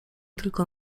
tylko